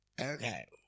Okay